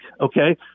okay